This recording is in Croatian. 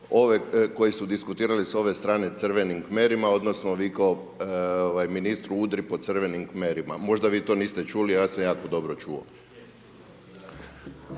koji su diskutirali s ove strane crvenim kmerima, odnosno vikao ministru „Udri po crvenim kmerima“, možda vi to niste čuli a ja sam jako dobro čuo.